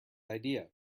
idea